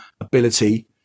ability